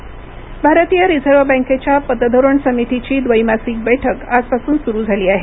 reserve bank भारतीय रिझर्व्ह बँकेच्या पतधोरण समितीची द्वैमासिक बैठक आजपासून सुरू झाली आहे